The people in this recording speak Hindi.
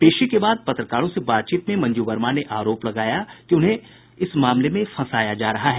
पेशी के बाद पत्रकारों से बातचीत में मंजू वर्मा ने कहा आरोप लगया कि उन्हें इस मामले में फंसाया जा रहा है